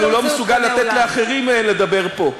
אבל הוא לא מסוגל לתת לאחרים לדבר פה.